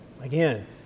again